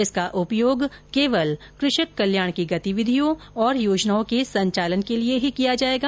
इसका उपयोग केवल कृषक कल्याण की गतिविधियों और योजनाओं के संचालन के लिए ही किया जाएगा